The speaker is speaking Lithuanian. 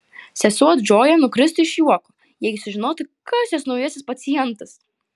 sesuo džoja nukristų iš juoko jeigu sužinotų kas jos naujasis pacientas